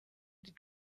die